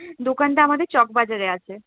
দোকানটা আমাদের চক বাজারে আছে